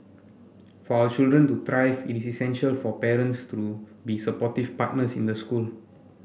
for our children to thrive it is essential for parents to be supportive partners in the school